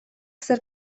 zer